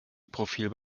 profil